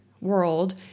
world